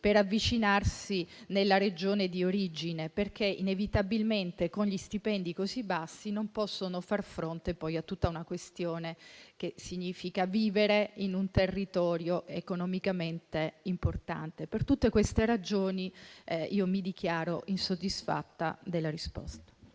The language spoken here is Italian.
per avvicinarsi alla Regione di origine in quanto con stipendi così bassi non possono far fronte a tutto ciò che deriva dal vivere in un territorio economicamente importante. Per tutte queste ragioni, mi dichiaro insoddisfatta della risposta.